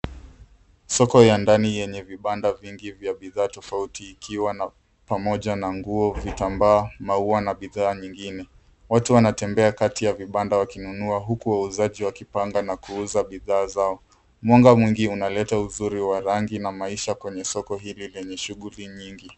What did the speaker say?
Soko ya ndani yenye vibanda vingi vya bidhaa tofauti ikiwa na pamoja na nguo, vitambaa, maua na bidhaa nyingine. Watu wanatembea kati ya vibanda wakinunua huku wauzaji wakipanga na kuuza bidhaa zao. Mwanga mwingi unaleta uzuri wa rangi na maisha kwenye soko hili lenye shughuli nyingi.